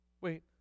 Wait